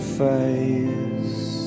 face